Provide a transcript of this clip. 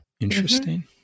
Interesting